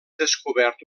descobert